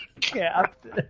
Captain